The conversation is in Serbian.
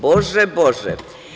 Bože, Bože.